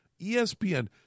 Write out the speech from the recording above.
ESPN